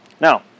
Now